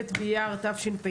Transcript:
ט' באייר התשפ"ב,